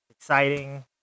Exciting